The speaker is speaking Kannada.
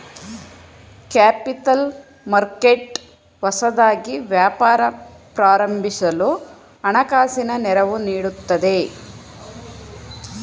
ಕ್ಯಾಪಿತಲ್ ಮರ್ಕೆಟ್ ಹೊಸದಾಗಿ ವ್ಯಾಪಾರ ಪ್ರಾರಂಭಿಸಲು ಹಣಕಾಸಿನ ನೆರವು ನೀಡುತ್ತದೆ